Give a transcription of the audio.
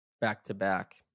back-to-back